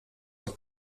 auch